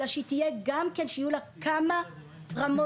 אלא שיהיו לה כמה רמות כשרות.